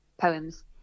poems